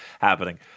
happening